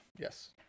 yes